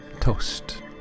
Toast